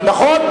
נכון,